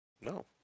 No